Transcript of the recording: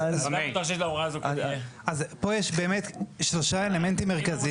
אבל --- אז פה יש באמת שלושה אלמנטים מרכזיים.